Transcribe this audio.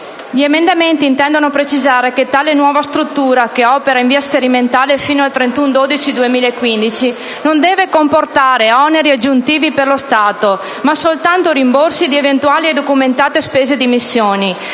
Gli emendamenti intendono precisare che tale nuova struttura, che opera in via sperimentale fino al 31 dicembre 2015, non deve comportare oneri aggiuntivi per lo Stato, ma soltanto rimborsi di eventuali e documentate spese di missioni,